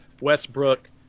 Westbrook